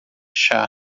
chá